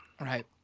Right